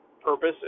purpose